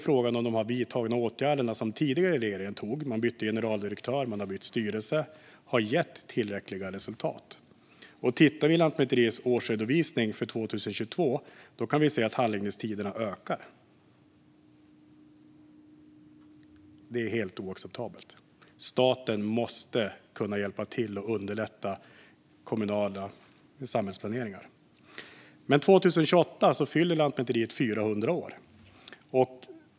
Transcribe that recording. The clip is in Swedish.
Frågan är om åtgärder från den tidigare regeringen - man bytte generaldirektör och styrelse - har gett tillräckliga resultat. Om vi tittar i Lantmäteriets årsredovisning för 2022 kan vi se att handläggningstiderna ökar. Det är helt oacceptabelt. Staten måste kunna hjälpa till och underlätta kommunal samhällsplanering. År 2028 fyller Lantmäteriet 400 år.